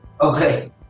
okay